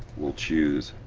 we'll choose